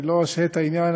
אני לא אשהה את העניין.